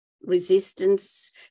resistance